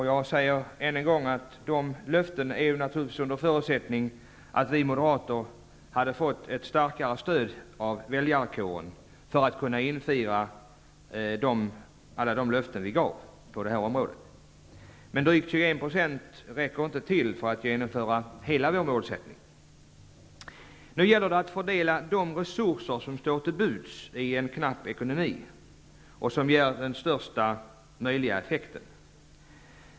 Jag säger än en gång att en förutsättning för infriandet av dessa löften var att vi moderater hade fått ett starkare stöd av väljarkåren. Men drygt 21 % räcker inte till för att genomföra hela vår målsättning. Nu gäller det att fördela de resurser som står till buds i en knapp ekonomi och som ger den största möjliga effekten.